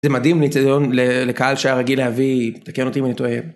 זה מדהים לקהל שהיה רגיל להביא, תקן אותי אם אני טועה.